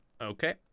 Okay